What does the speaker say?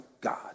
God